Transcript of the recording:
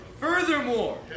Furthermore